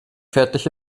fertig